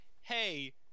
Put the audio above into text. hey